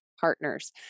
partners